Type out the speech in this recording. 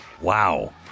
Wow